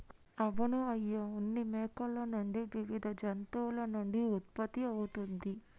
అవును అయ్య ఉన్ని మేకల నుండి వివిధ జంతువుల నుండి ఉత్పత్తి అవుతుంది